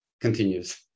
continues